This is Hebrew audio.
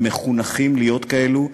הם מחונכים להיות כאלה.